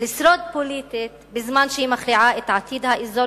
לשרוד פוליטית בזמן שהיא מכריעה את עתיד האזור